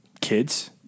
kids